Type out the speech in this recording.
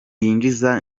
yinjiza